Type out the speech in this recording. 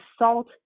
salt